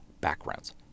backgrounds